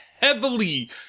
heavily